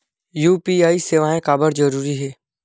UPI सेवाएं काबर जरूरी हे?